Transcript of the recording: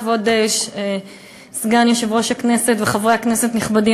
כבוד סגן יושב-ראש הכנסת וחברי הכנסת הנכבדים,